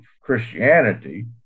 Christianity